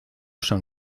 san